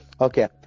Okay